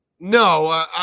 No